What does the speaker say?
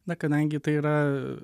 na kadangi tai yra